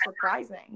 Surprising